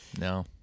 No